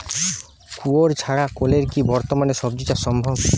কুয়োর ছাড়া কলের কি বর্তমানে শ্বজিচাষ সম্ভব?